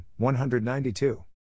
192